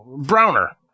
Browner